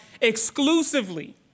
exclusively